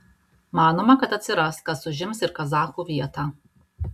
manoma kad atsiras kas užims ir kazachų vietą